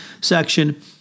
section